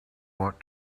ought